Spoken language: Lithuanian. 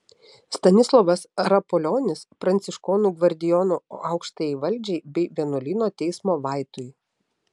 stanislovas rapolionis pranciškonų gvardijono aukštajai valdžiai bei vienuolyno teismo vaitui